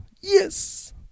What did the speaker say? Yes